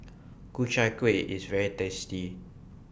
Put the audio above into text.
Ku Chai Kuih IS very tasty